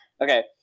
okay